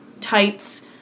tights